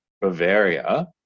Bavaria